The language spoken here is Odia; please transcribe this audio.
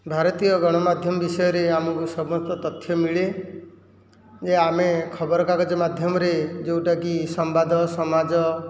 ଭାରତୀୟ ଗଣମାଧ୍ୟମ ବିଷୟରେ ଆମକୁ ସମସ୍ତ ତଥ୍ୟ ମିଳେ ଯେ ଆମେ ଖବରକାଗଜ ମାଧ୍ୟମରେ ଯେଉଁଟାକି ସମ୍ବାଦ ସମାଜ